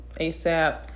ASAP